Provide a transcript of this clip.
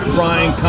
Brian